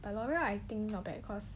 l'oreal I think not bad cause